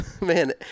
man